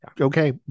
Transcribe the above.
okay